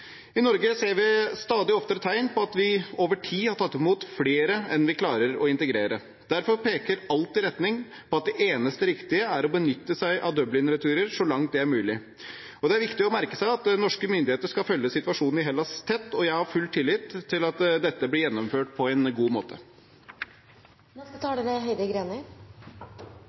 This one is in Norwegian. I Norge ser vi stadig oftere tegn på at vi over tid har tatt imot flere enn vi klarer å integrere. Derfor peker alt i retning av at det eneste riktige er å benytte seg av Dublin-returer, så langt det er mulig. Det er viktig å merke seg at norske myndigheter skal følge situasjonen i Hellas tett, og jeg har full tillit til at dette blir gjennomført på en god måte.